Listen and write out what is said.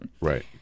Right